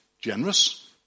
generous